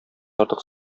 артык